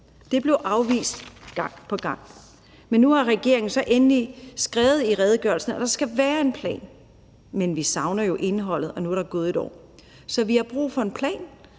Det blev afvist gang på gang. Men nu har regeringen så endelig skrevet i redegørelsen, at der skal være en plan. Men vi savner jo indholdet, og nu er der gået et år. Så vi har brug for en plan